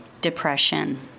Depression